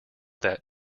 that